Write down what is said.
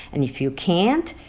and if you can't,